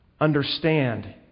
understand